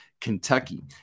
Kentucky